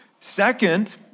Second